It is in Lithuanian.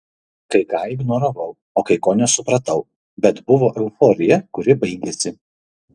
kai ką ignoravau o kai ko nesupratau bet buvo euforija kuri baigėsi